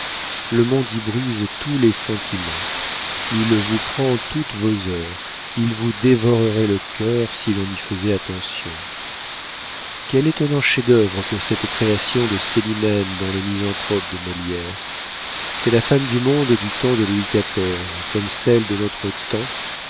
le monde y brise tous les sentiments il vous prend toutes vos heures il vous dévorerait le cœur si l'on n'y faisait attention quel étonnant chef-d'œuvre que cette création de célimène dans le misanthrope de molière c'est la femme du monde du temps de louis xiv comme celle de notre temps